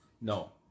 no